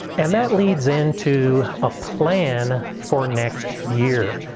and that leads into a plan for next year.